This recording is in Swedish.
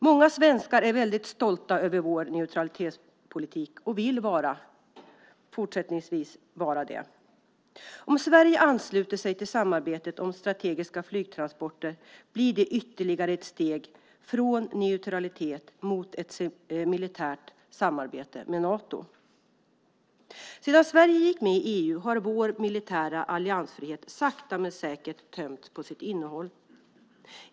Många svenskar är väldigt stolta över vår neutralitetspolitik och vill fortsättningsvis vara det. Om Sverige ansluter sig till samarbetet om strategiska flygtransporter blir det ytterligare ett steg från neutralitet mot ett militärt samarbete med Nato. Sedan Sverige gick med i EU har vår militära alliansfrihet sakta men säkert tömts på sitt innehåll.